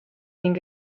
ning